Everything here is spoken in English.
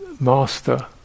master